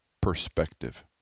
perspective